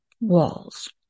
walls